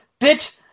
Bitch